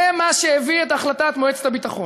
זה מה שהביא את החלטת מועצת הביטחון.